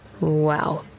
Wow